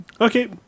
Okay